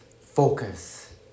focus